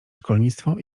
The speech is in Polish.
szkolnictwo